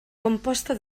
composta